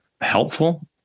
helpful